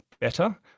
better